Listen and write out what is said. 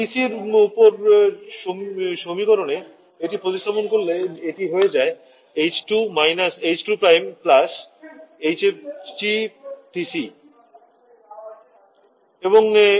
TC উপরের সমীকরণে এটি প্রতিস্থাপন করে যা এটি হয়ে যায় h2 − h2 hfg